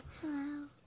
Hello